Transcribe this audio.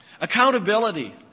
Accountability